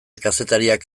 kazetariak